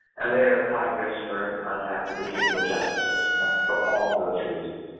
and they are at high risk for contact with the juvenile justice system ah for all those reasons